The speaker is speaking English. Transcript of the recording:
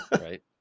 Right